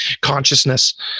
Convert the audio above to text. consciousness